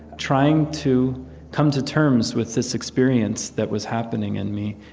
trying to come to terms with this experience that was happening in me,